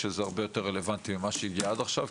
שזה הרבה יותר רלוונטי ממה שהגיע עד עכשיו,